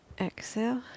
Exhale